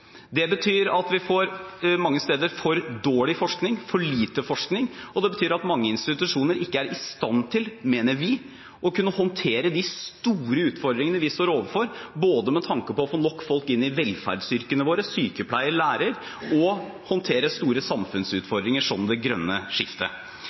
Det betyr at vi mange steder får for dårlig forskning og for lite forskning. Og det betyr at mange institusjoner ikke er i stand til, mener vi, å kunne håndtere de store utfordringene vi står overfor, med tanke på både å få nok folk inn i velferdsyrkene våre – sykepleieryrket, læreryrket – og å håndtere store samfunnsutfordringer, som det grønne skiftet.